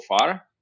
far